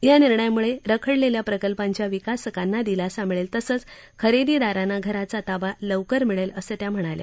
या निर्णयामुळे रखडलेल्या प्रकल्पांच्या विकासकांना दिलासा मिळेल तसंच खरेदीदारांना घराचा ताबा लवकर मिळेल असं त्या म्हणाल्या